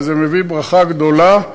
וזה מביא ברכה גדולה.